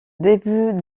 début